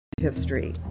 history